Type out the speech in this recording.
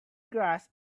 grass